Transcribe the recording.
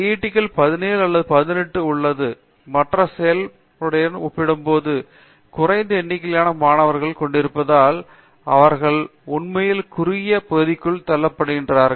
ஐஐடிகள் 17 அல்லது 18 மட்டுமே உள்ளது மற்ற செயல்முறையுடன் ஒப்பிடும்போது குறைந்த எண்ணிக்கையிலான மாணவர்களைக் கொண்டிருப்பதால் அவர்கள் உண்மையில் குறுகிய பகுதிக்குள் தள்ளப்படுகிறார்கள்